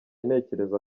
ntekereza